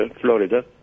Florida